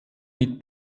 mit